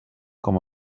com